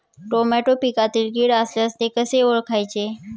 Tomato पिकातील कीड असल्यास ते कसे ओळखायचे?